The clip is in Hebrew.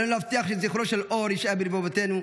עלינו להבטיח שזכרו של אור יישאר בלבבותינו,